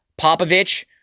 Popovich